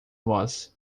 voz